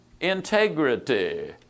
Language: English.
integrity